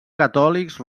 catòlics